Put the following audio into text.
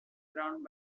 ground